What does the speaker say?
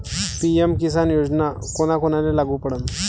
PM Kisan योजना कोना कोनाले लागू पडन?